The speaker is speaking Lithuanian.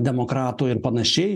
demokratų ir panašiai